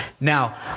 now